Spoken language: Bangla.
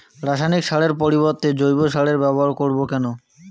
রাসায়নিক সারের পরিবর্তে জৈব সারের ব্যবহার করব কেন?